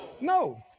No